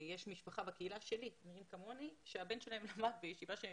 יש משפחה בקהילה שלי שהבן שלהם למד בישיבה.